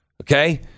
Okay